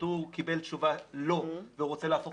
שהוא קיבל תשובה שלילית ורוצה להפוך